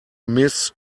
miss